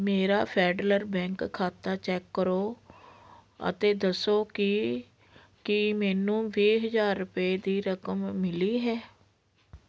ਮੇਰਾ Federal Bank ਖਾਤਾ check ਕਰੋ ਅਤੇ ਦੱਸੋ ਕਿ ਕੀ ਮੈਨੂੰ ਵੀਹ ਹਜ਼ਾਰ ਰੁਪਏ ਦੀ ਰਕਮ ਮਿਲੀ ਹੈ